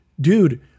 Dude